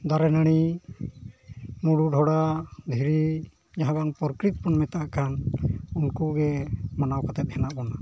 ᱫᱟᱨᱮ ᱱᱟᱹᱲᱤ ᱢᱩᱸᱰᱩ ᱰᱷᱚᱰᱟ ᱫᱷᱤᱨᱤ ᱡᱟᱦᱟᱸ ᱫᱚ ᱯᱚᱨᱠᱨᱤᱛ ᱵᱚᱱ ᱢᱮᱛᱟᱜ ᱠᱟᱱ ᱩᱱᱠᱩ ᱜᱮ ᱢᱟᱱᱟᱣ ᱠᱟᱛᱮ ᱢᱮᱱᱟᱜ ᱵᱚᱱᱟ